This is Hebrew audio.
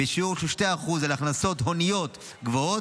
בשיעור של 2% על הכנסות הוניות גבוהות,